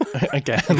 Again